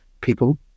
people